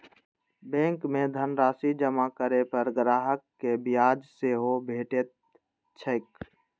bank मे धनराशि जमा करै पर ग्राहक कें ब्याज सेहो भेटैत छैक